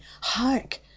Hark